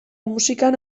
musikan